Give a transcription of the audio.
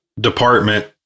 department